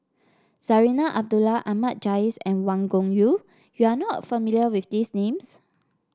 Zarinah Abdullah Ahmad Jais and Wang Gungwu you are not familiar with these names